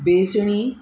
बेसणी